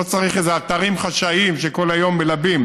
לא צריך איזה אתרים חשאיים שכל היום מלבים.